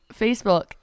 Facebook